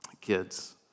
kids